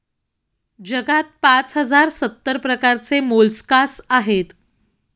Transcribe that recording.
जगात पाच हजार सत्तर प्रकारचे मोलस्कास आहेत